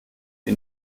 die